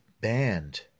banned